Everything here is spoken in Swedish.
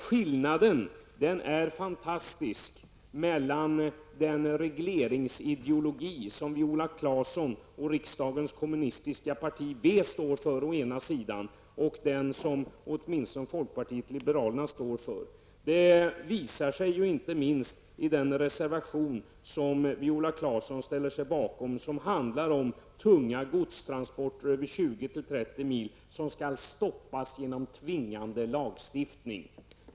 Skillnaden är fantastisk mellan den regleringsideologi som Viola Claesson och riksdagens kommunistiska parti står för å ena sidan och den som åtminstone folkpartiet liberalerna står för å den andra. Detta visar sig inte minst i den reservation som Viola Claesson ställer sig bakom och som handlar om att tunga godstransporter över 20--30 mil skall stoppas genom tvingande lagstiftning.